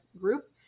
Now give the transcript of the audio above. group